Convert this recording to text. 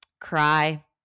cry